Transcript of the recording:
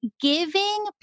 giving